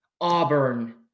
auburn